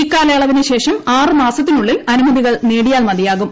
ഇക്കാലയളവിന് ശേഷം ആറ് മാസത്തിനുള്ളിൽ അനുമതികൾ നേടിയാൽ മതിയാകും